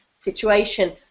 situation